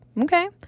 Okay